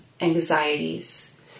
anxieties